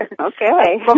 Okay